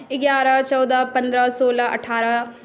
एगारह चौदह पन्द्रह सोलह अठारह